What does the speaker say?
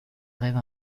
rêve